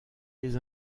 les